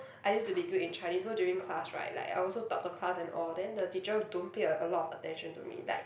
I used to be good in Chinese so during class right like I also top the class and all then the teacher don't pay a a lot of attention to me like